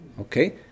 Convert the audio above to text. Okay